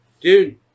dude